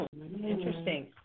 Interesting